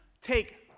take